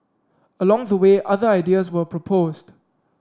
along the way other ideas were proposed